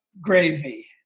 gravy